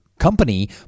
company